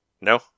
No